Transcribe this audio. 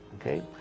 okay